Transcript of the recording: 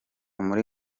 muri